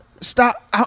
Stop